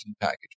package